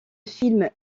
film